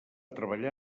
treballar